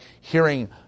hearing